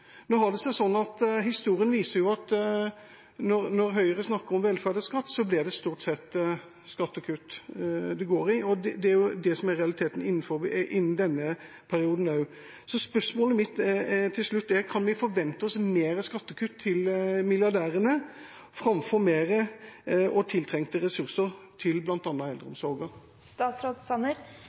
har seg sånn at historien viser at når Høyre snakker om velferd og skatt, blir det stort sett skattekutt det handler om. Det er det som er realiteten i denne perioden også. Spørsmålet mitt til slutt er om vi kan forvente oss flere skattekutt til milliardærene, framfor mer og tiltrengte ressurser til bl.a. eldreomsorgen.